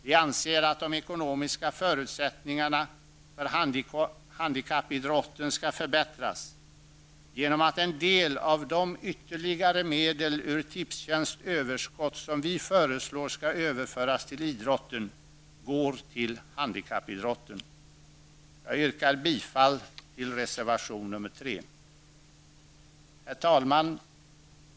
Vi anser att de ekonomiska förutsättningarna för handikappidrotten skall förbättras genom att en del av de ytterligare medel ur Tipstjänsts överskott som vi föreslår skall överföras till idrotten går till handikappidrotten. Jag yrkar bifall till reservation nr 3. Herr talman!